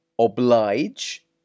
oblige